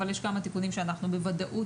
אבל יש כמה תיקונים שאנחנו בוודאות